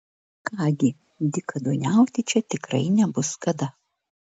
ką gi dykaduoniauti čia tikrai nebus kada